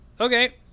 Okay